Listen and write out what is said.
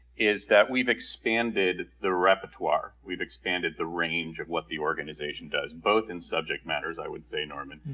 is that we've expanded the repertoire. we've expanded the range of what the organization does, both in subject matters i would say, norman.